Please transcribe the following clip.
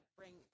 bring